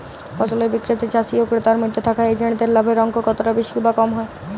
ফসলের বিক্রিতে চাষী ও ক্রেতার মধ্যে থাকা এজেন্টদের লাভের অঙ্ক কতটা বেশি বা কম হয়?